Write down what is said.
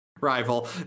rival